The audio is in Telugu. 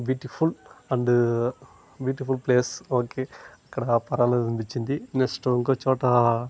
beautiful and beautiful place okay ఇక్కడ పర్వాలేదనిపించింది నెక్స్ట్ ఇంకో చోటా